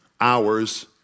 hours